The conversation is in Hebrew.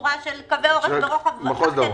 בצורה של קווי אורך ורוחב אחרים,